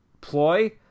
ploy